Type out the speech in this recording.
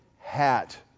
hat